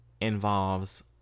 involves